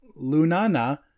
Lunana